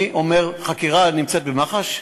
אני אומר החקירה נמצאת במח"ש?